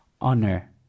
honor